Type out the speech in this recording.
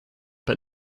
but